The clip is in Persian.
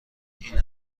این